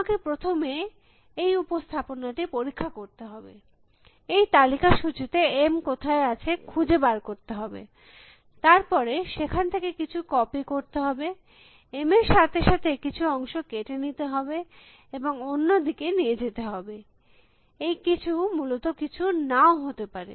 আমাকে প্রথমে এই উপস্থাপনাটি পরীক্ষা করতে হবে এই তালিকার সূচীতে M কোথায় আছে খুঁজে বার করতে হবে তার পরে সেখান থেকে কিছু কপি করতে হবে M এর সাথে সাথে কিছু অংশ কেটে নিতে হবে এবং অন্য দিকে নিয়ে যেতে হবে এই কিছু মূলত কিছু নাও হতে পারে